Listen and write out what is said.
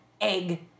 egg